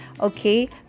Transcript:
okay